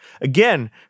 Again